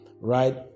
right